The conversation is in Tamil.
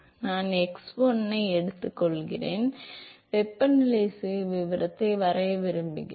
நான் x 1 ஐ எடுத்துக்கொள்கிறேன் வெப்பநிலை சுயவிவரத்தை வரைய விரும்புகிறேன்